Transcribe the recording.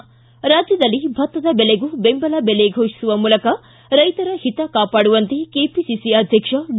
ಿ ರಾಜ್ಯದಲ್ಲಿ ಭತ್ತದ ಬೆಲೆಗೂ ಬೆಂಬಲ ಬೆಲೆ ಘೋಷಿಸುವ ಮೂಲಕ ರೈತರ ಹಿತ ಕಾಪಾಡುವಂತೆ ಕೆಪಿಸಿಸಿ ಅಧ್ಯಕ್ಷ ಡಿ